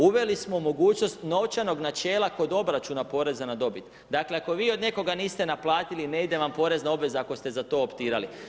Uveli smo mogućnost novčanog načela kod obračuna porez na dobit, dakle ako vi od nekoga niste naplatili, ne ide vam porezna obveza, ako ste za to optirali.